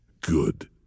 Good